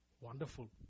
wonderful